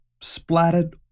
splattered